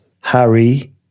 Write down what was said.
harry